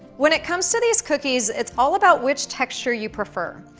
when it comes to these cookies, it's all about which texture you prefer.